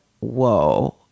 whoa